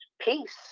peace